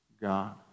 God